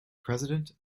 president